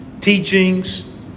teachings